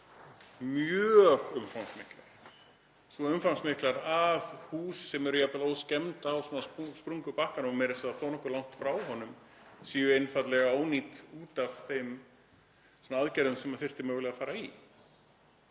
svo umfangsmiklar að hús sem eru jafnvel óskemmd á sprungubakkanum og meira að segja þó nokkuð langt frá honum séu einfaldlega ónýt út af þeim aðgerðum sem þyrfti mögulega að fara í.